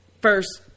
first